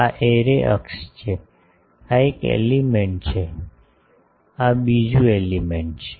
આ એરે અક્ષ છે આ એક એલિમેન્ટ છે આ બીજું એલિમેન્ટ છે